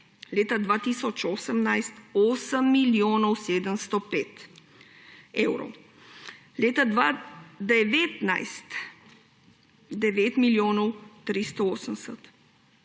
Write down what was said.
leta 2018 8 milijonov 705 evrov, leta 2019 9 milijonov 380.